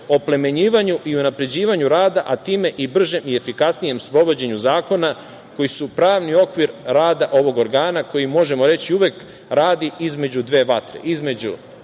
oplemenjivanju i unapređivanju rada, a time i bržem i efikasnijem sprovođenju zakona koji su pravni okvir rada ovog organa koji, možemo uvek reći, radi između dve vatre – između